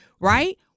right